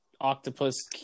octopus